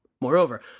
Moreover